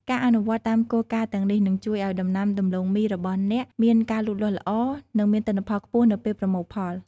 ការអនុវត្តតាមគោលការណ៍ទាំងនេះនឹងជួយឱ្យដំណាំដំឡូងមីរបស់អ្នកមានការលូតលាស់ល្អ និងមានទិន្នផលខ្ពស់នៅពេលប្រមូលផល។